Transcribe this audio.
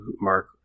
Mark